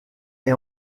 est